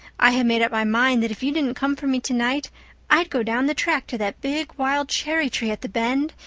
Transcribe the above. i had made up my mind that if you didn't come for me to-night i'd go down the track to that big wild cherry-tree at the bend,